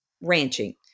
ranching